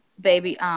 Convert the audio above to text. Baby